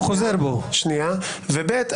ובי"ת,